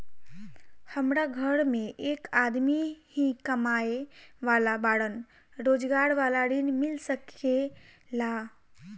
हमरा घर में एक आदमी ही कमाए वाला बाड़न रोजगार वाला ऋण मिल सके ला?